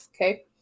Okay